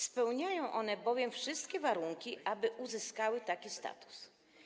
Spełniają one bowiem wszystkie warunki, aby uzyskały taki status.